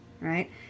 right